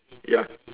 ya